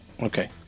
okay